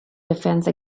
defense